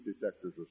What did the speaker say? detectors